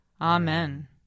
Amen